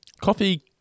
Coffee